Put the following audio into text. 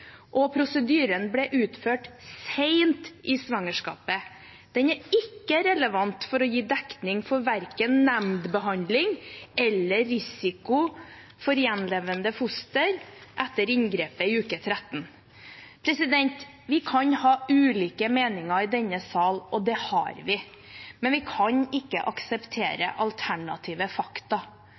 og prosedyren ble utført sent i svangerskapet – er ikke relevant for å gi dekning for verken nemndbehandling eller risiko for gjenlevende foster etter inngrep i uke 13. Vi kan ha ulike meninger i denne sal, og det har vi, men vi kan ikke akseptere alternative fakta.